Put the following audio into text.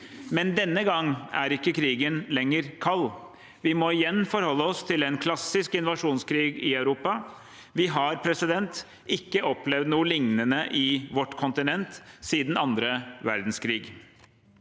men denne gangen er ikke krigen lenger kald. Vi må igjen forholde oss til en klassisk invasjonskrig i Europa. Vi har ikke opplevd noe liknende på vårt kontinent siden annen verdenskrig.